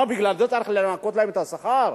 בגלל זה צריך לנכות להם מהשכר?